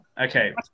okay